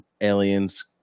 aliens